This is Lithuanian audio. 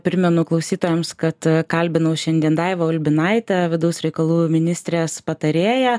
primenu klausytojams kad kalbinau šiandien daivą ulbinaitę vidaus reikalų ministrės patarėją